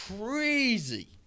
crazy